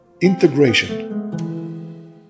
integration